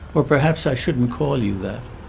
or perhaps i shouldn't call you that.